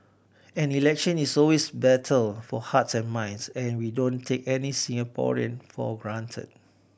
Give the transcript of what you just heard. an election is always battle for hearts and minds and we don't take any Singaporean for granted